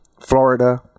Florida